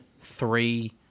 three